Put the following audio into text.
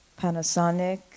Panasonic